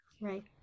Right